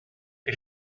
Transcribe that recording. que